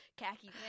khaki